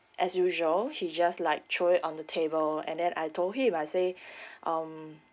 as usual he just like throw it on the table and then I told him I say um